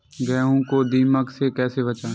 गेहूँ को दीमक से कैसे बचाएँ?